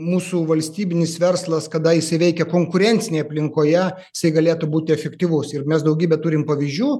mūsų valstybinis verslas kadaise veikė konkurencinėj aplinkoje jisai galėtų būti efektyvus ir mes daugybę turim pavyzdžių